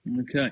Okay